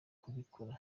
kubikora